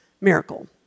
miracle